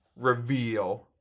reveal